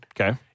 Okay